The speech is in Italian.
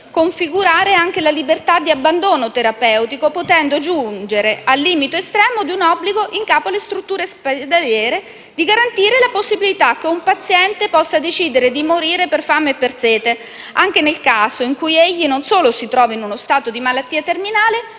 configurare anche la libertà di abbandono terapeutico, potendo giungere al limite estremo di un obbligo in capo alle strutture ospedaliere di garantire la libertà che un paziente possa decidere di morire per fame o per sete, anche nel caso in cui egli non solo non si trovi in uno stato di malattia terminale,